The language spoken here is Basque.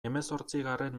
hemezortzigarren